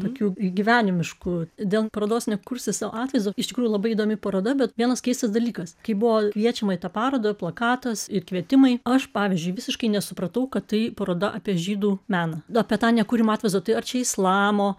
tokių gyvenimiškų dėl parodos nekursi sau atvaizdo iš tikrųjų labai įdomi paroda bet vienas keistas dalykas kai buvo kviečiama į tą parodą plakatas ir kvietimai aš pavyzdžiui visiškai nesupratau kad tai paroda apie žydų meną apie tą nekūrimą atvaizdo ar čia islamo